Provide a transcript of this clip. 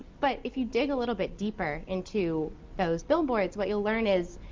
but if you dig a little bit deeper into those billboards, what you'll learn is,